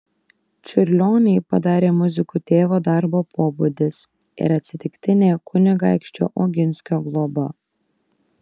čiurlionį padarė muziku tėvo darbo pobūdis ir atsitiktinė kunigaikščio oginskio globa